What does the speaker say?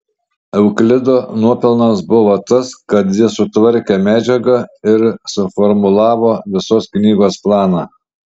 euklido nuopelnas buvo tas kad jis sutvarkė medžiagą ir suformulavo visos knygos planą